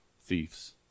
thieves